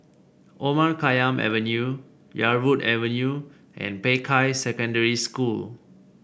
Omar Khayyam Avenue Yarwood Avenue and Peicai Secondary School